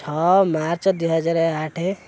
ଛଅ ମାର୍ଚ୍ଚ ଦୁଇ ହଜାର ଆଠ